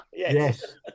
Yes